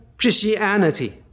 Christianity